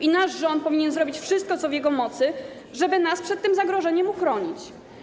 I nasz rząd powinien zrobić wszystko, co w jego mocy, żeby nas przed tym zagrożeniem uchronić.